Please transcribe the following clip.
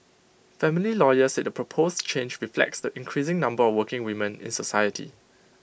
family lawyers said the proposed change reflects the increasing number of working women in society